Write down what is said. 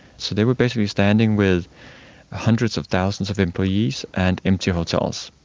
so they were basically standing with hundreds of thousands of employees and empty hotels.